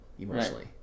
emotionally